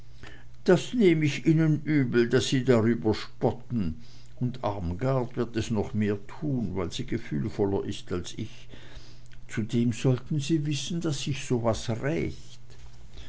das nehm ich ihnen übel daß sie darüber spotten und armgard wird es noch mehr tun weil sie gefühlvoller ist als ich zudem sollten sie wissen daß sich so was rächt